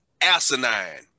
asinine